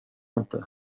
inte